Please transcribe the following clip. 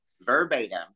verbatim